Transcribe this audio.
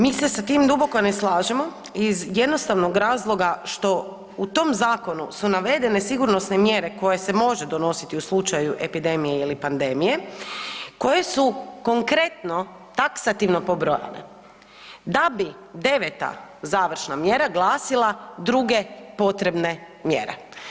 Mi se sa tim duboko ne slažemo iz jednostavnog razloga što u tom zakonu su navedene sigurnosne mjere koje se može donositi u slučaju epidemije ili pandemije, koje su konkretno taksativno pobrojane da bi 9. završna mjera glasila „druge potrebne mjere“